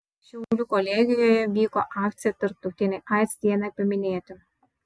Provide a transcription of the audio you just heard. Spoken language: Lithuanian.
šiaulių kolegijoje vyko akcija tarptautinei aids dienai paminėti